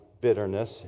bitterness